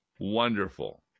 wonderful